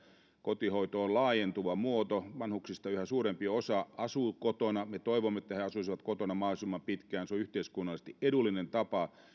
kotihoito on laajentuva muoto vanhuksista yhä suurempi osa asuu kotona me toivomme että he asuisivat kotona mahdollisimman pitkään se on yhteiskunnallisesti edullinen tapa